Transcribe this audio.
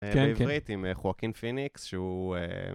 בעברית עם חוקינג פיניקס שהוא